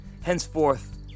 Henceforth